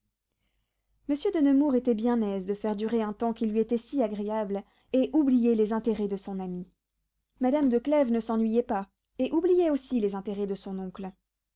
monsieur de nemours était bien aise de faire durer un temps qui lui était si agréable et oubliait les intérêts de son ami madame de clèves ne s'ennuyait pas et oubliait aussi les intérêts de son oncle